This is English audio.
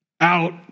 Out